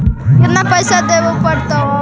केतना पैसा देबे पड़तै आउ खातबा में पैसबा रहतै करने?